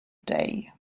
day